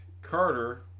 Carter